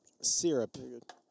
syrup